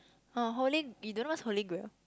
oh holy you don't know what's holy grail